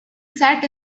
sat